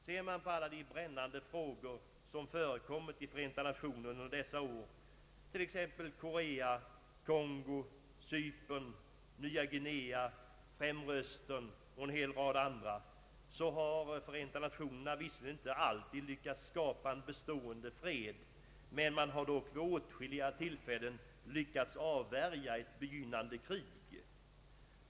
Ser man på alla de brännande frågor som förekommit i FN under dessa år, t.ex. Korea, Kongo, Cypern, Nya Guinea, Främre Östern m.fl., så har FN visserligen inte alltid lyckats skapa bestående fred, men man har dock vid åtskilliga tillfällen lyckats avvärja ett begynnande krig.